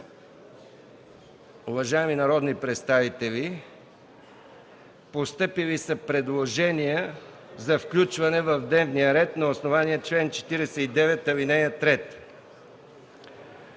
Уважаеми народни представители, постъпили са предложения за включване в дневния ред на основание чл. 49, ал. 3.